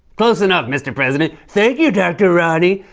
close enough, mr. president! thank you, dr. ronny!